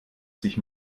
sich